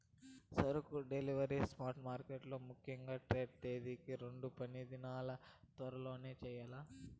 సరుకుల delivery spot మార్కెట్లలో ముఖ్యంగా ట్రేడ్ తేదీకి రెండు పనిదినాల తర్వాతనే చెయ్యాల్ల